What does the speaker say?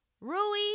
Rui